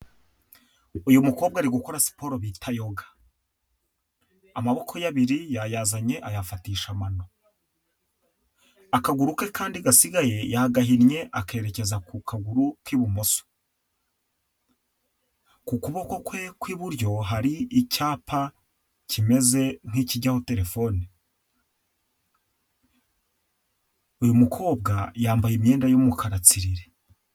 Uyu mukobwa ari gukora siporo bita yoga, amaboko ye abiri yayazanye ayafatisha amano, akaguru ke kandi gasigaye yagahinnye akerekeza ku kaguru k'ibumoso, ku kuboko kwe kw'iburyo hari icyapa kimeze nk'ikijyaho telefone, uyu mukonbwa yamabaye imyenda y'umukara tsiriri.